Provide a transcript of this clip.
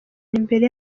imbere